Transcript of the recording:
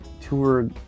tour